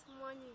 money